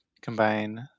combine